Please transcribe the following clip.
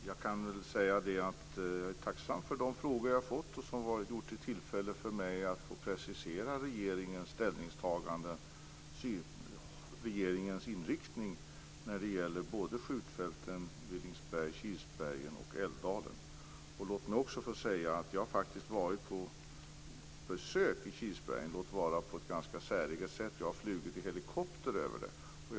Fru talman! Jag är tacksam för de frågor som jag har fått. De har gett mig tillfälle att få precisera regeringens ställningstagande och inriktning när det gäller skjutfälten i Villingsberg, Kilsbergen och Älvdalen. Låt mig också få säga att jag faktiskt har varit på besök i Kilsbergen - låt vara på ett ganska säreget sätt. Jag har flugit i helikopter över området.